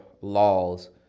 laws